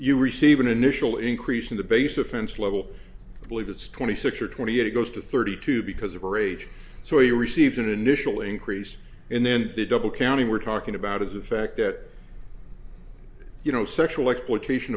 you receive an initial increase in the base offense level i believe it's twenty six or twenty eight it goes to thirty two because of her age so he received an initial increase in then the double counting we're talking about of the fact that you know sexual exploitation